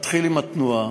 להתחיל עם התנועה.